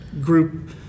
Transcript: group